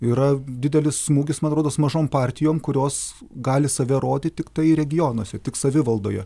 yra didelis smūgis man rodos mažom partijom kurios gali save rodyt tiktai regionuose tik savivaldoje